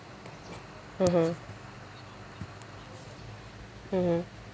mmhmm mmhmm